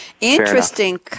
Interesting